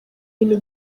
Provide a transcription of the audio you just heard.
ibintu